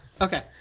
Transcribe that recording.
Okay